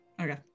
Okay